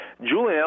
Julian